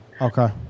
Okay